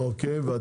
גם